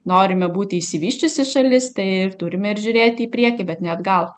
norime būti išsivysčiusi šalis tai ir turime ir žiūrėti į priekį bet ne atgal